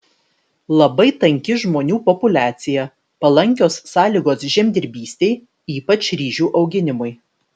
labai tanki žmonių populiacija palankios sąlygos žemdirbystei ypač ryžių auginimui